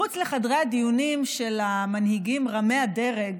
מחוץ לחדרי הדיונים של המנהיגים רמי-הדרג,